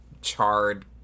charred